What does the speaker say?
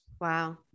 Wow